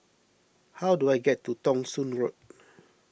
how do I get to Thong Soon Road